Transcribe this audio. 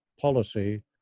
policy